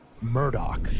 Murdoch